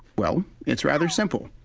well, it's rather simple.